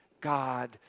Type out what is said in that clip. God